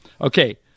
Okay